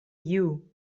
you